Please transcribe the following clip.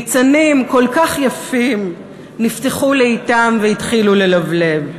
ניצנים כל כך יפים נפתחו לאטם והתחילו ללבלב.